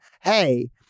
hey